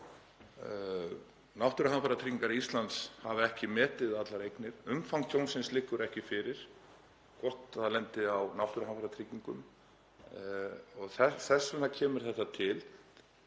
Náttúruhamfaratrygging Íslands hefur ekki metið allar eignir. Umfang tjónsins liggur ekki fyrir og hvort það lendi á náttúruhamfaratryggingum. Þess vegna kemur þetta til